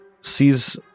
sees